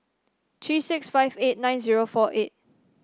three six five eight nine zero four eight